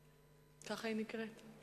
ככה היא נקראת: